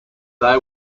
they